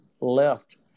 left